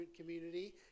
Community